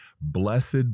Blessed